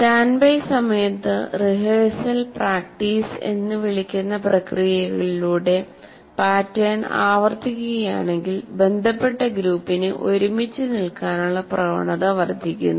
standby സമയത്ത്റിഹേഴ്സൽ practice എന്ന് വിളിക്കുന്ന പ്രക്രിയകളിലൂടെ പാറ്റേൺ ആവർത്തിക്കുകയാണെങ്കിൽ ബന്ധപ്പെട്ട ഗ്രൂപ്പിന് ഒരുമിച്ച് നിൽക്കാനുള്ള പ്രവണത വർദ്ധിക്കുന്നു